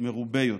מרובה יותר.